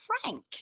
frank